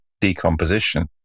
decomposition